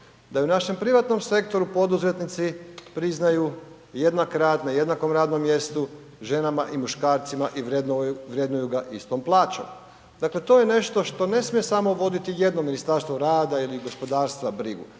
Da i u našem privatnom sektoru poduzetnici priznaju jednak rad na jednakom radnom mjestu ženama i muškarcima i vrednuju ga istom plaćom? Dakle to je nešto što ne smije samo voditi jedno ministarstvo rada ili gospodarstva brigu